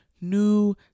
new